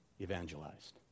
evangelized